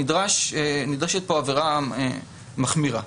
נדרשת פה עבירה מחמירה.